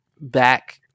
back